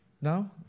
No